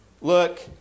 Look